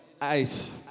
ice